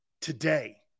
today